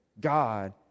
God